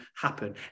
happen